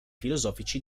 filosofici